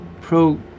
Pro